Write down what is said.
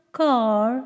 car